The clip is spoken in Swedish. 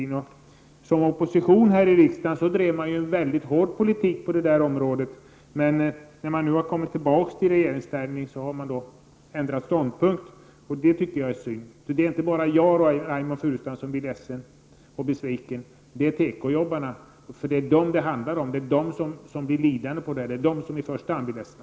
När socialdemokraterna var i opposition här i riksdagen drev de en mycket hård politik på detta område, men när de nu åter befinner sig i regeringsställning har de ändrat ståndpunkt. Det tycker jag är synd. Det är alltså inte bara jag, Reynoldh Furustrand, som är ledsen och besviken. Tekoarbetarna är också besvikna. Det är dem det handlar om, det är de som blir lidande och det är de som i första hand blir ledsna.